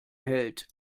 hält